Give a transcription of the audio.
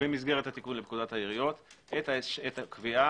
במסגרת התיקון לפקודת העיריות את הקביעה